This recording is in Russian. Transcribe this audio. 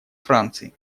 франции